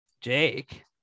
Jake